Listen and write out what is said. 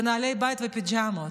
בנעלי בית ובפיג'מות.